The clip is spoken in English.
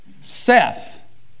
Seth